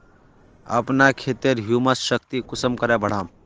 अपना खेतेर ह्यूमस शक्ति कुंसम करे बढ़ाम?